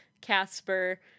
casper